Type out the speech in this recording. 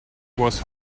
was